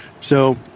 So-